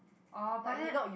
oh but then